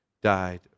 died